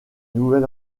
nouvel